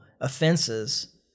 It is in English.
offenses